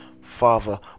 Father